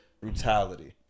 brutality